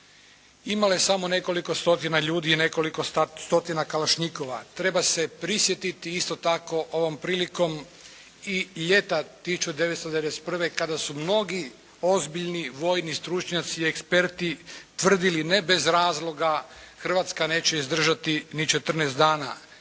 imale samo nekoliko stotina ljudi i nekoliko stotina kalašnjikova. Treba se prisjetiti, isto tako ovom prilikom i ljeta 1991. kada su mnogi ozbiljni vojni stručnjaci, eksperti tvrdili, ne bez razloga, Hrvatska neće izdržati ni 14 dana.